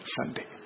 Sunday